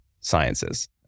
sciences